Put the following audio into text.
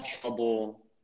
trouble